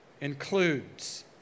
includes